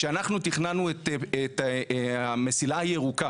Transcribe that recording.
כשאנחנו תכננו את המסילה הירוקה,